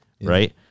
Right